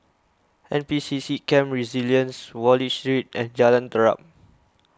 N P C C Camp Resilience Wallich Street and Jalan Terap